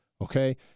okay